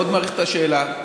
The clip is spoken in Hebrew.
מאוד מעריך את השאלה.